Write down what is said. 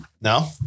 no